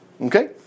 Okay